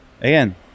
Again